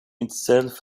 itself